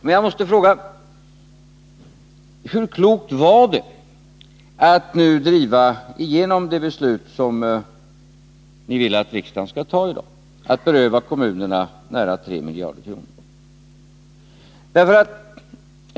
Men jag måste fråga: Hur klokt är det egentligen att nu driva igenom det beslut som ni vill att riksdagen skall fatta i dag och beröva kommunerna nära 3 miljarder kronor?